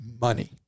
money